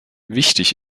wichtig